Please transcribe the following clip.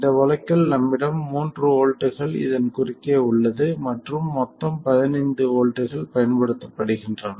இந்த வழக்கில் நம்மிடம் 3 வோல்ட்டுகள் இதன் குறுக்கே உள்ளது மற்றும் மொத்தம் 15 வோல்ட்கள் பயன்படுத்தப்படுகின்றன